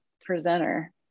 presenter